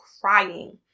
crying